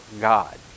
God